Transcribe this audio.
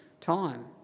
time